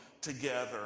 together